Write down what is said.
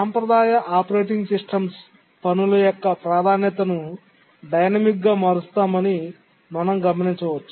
సాంప్రదాయ operating systems పనుల యొక్క ప్రాధాన్యతను డైనమిక్గా మారుస్తాయని మనం గమనించాము